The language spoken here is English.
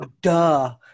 duh